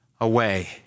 away